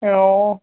অঁ